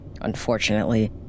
unfortunately